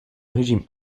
régime